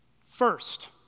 First